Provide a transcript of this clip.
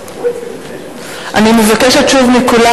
אני מבקשת שוב מכולם,